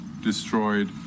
destroyed